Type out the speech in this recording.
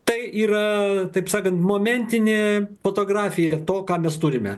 tai yra taip sakant momentinė fotografija to ką mes turime